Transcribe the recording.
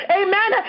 amen